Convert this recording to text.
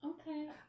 Okay